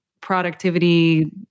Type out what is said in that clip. productivity